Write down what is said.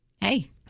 Hey